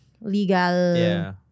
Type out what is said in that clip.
Legal